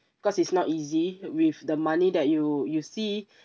cause it's not easy with the money that you you see